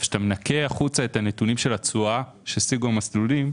כשאתה מנקה החוצה את הנתונים של התשואה מסוג המסלולים,